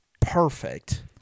perfect